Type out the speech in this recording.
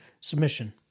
submission